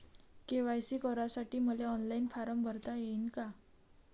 KYC करासाठी मले online form भरता येईन का?